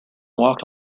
walked